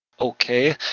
okay